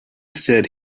said